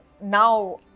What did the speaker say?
now